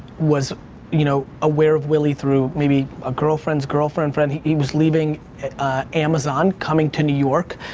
was you know aware of willie through maybe a girlfriend's girlfriend, friend. he was leaving amazon, coming to new york,